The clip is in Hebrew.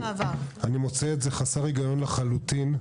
אני מוצא את זה חסר היגיון לחלוטין.